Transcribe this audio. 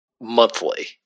monthly